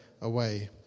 away